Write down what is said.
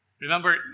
Remember